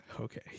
Okay